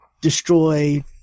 destroy